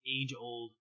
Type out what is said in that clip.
age-old